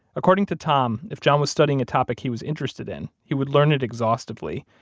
according to tom, if john was studying a topic he was interested in, he would learn it exhaustively.